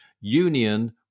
union